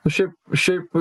nu šiaip šiaip